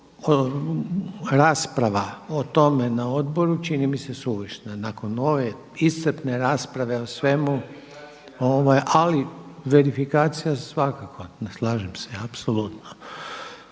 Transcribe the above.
rasprava o tome na odboru čini mi se suvišna, nakon ove iscrpne rasprave o svemu ali verifikacija svakako, slažem se, apolutno.